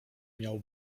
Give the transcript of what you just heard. miał